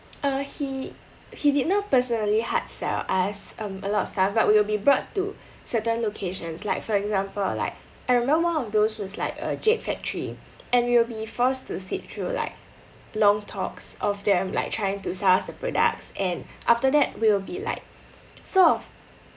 uh he he did not personally hard sell us um a lot of stuff but we will be brought to certain locations like for example like I remember one of those was like a jade factory and we'll be forced to sit through like long talks of them like trying to sell us the products and after that we will be like sort of